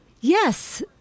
yes